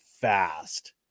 fast